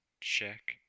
check